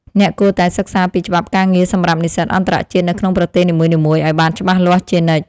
អ្នកគួរតែសិក្សាពីច្បាប់ការងារសម្រាប់និស្សិតអន្តរជាតិនៅក្នុងប្រទេសនីមួយៗឱ្យបានច្បាស់លាស់ជានិច្ច។